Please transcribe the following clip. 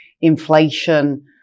inflation